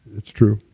it's true.